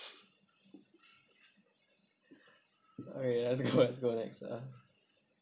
okay let's go let's go next ah